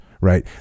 right